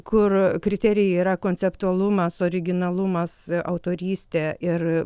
kur kriterijai yra konceptualumas originalumas autorystė ir